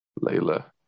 Layla